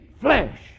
flesh